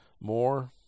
More